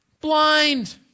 blind